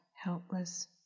helpless